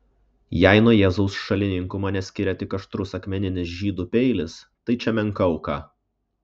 jei nuo jėzaus šalininkų mane skiria tik aštrus akmeninis žydų peilis tai čia menka auka